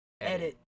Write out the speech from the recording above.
edit